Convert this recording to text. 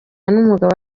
n’umugabo